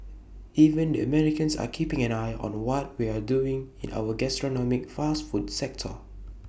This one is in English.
even the Americans are keeping an eye on what we're doing in our gastronomic fast food sector